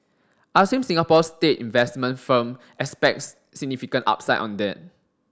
I assume Singapore's state investment firm expects significant upside on that